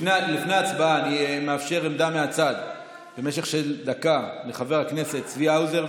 לפני ההצבעה אני מאפשר עמדה מהצד במשך דקה לחבר הכנסת צבי האוזר,